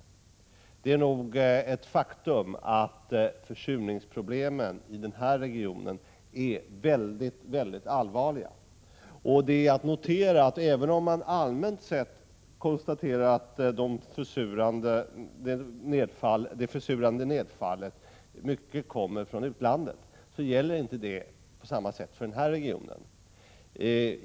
Det 89 är nog ett faktum att försurningsproblemen i denna region är mycket allvarliga. Det är att notera, att även om man allmänt sett konstaterar att mycket av det försurande nedfallet kommer från utlandet gäller inte det på samma sätt för denna region.